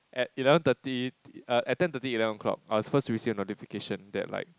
at eleven thirty at ten thirty eleven o'clock I was first to receive a notification that like